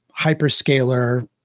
hyperscaler